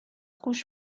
گوش